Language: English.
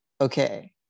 okay